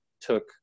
took